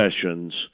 sessions